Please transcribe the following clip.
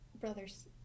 brothers